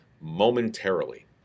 momentarily